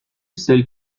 celle